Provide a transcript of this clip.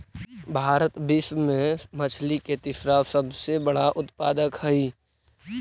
भारत विश्व में मछली के तीसरा सबसे बड़ा उत्पादक हई